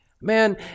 Man